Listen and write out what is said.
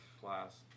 class